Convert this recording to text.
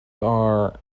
are